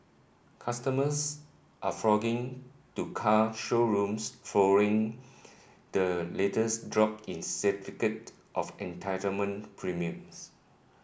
customers are flocking to car showrooms following the latest drop in certificate of entitlement premiums